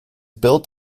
built